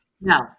No